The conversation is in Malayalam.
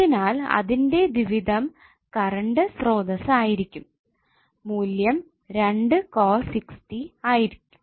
അതിനാൽ അതിന്റെ ദ്വിവിധംകറണ്ട് സ്ത്രോതസ്സ് ആയിരിക്കും മൂല്യം 2 cos 6t ആയിരിക്കും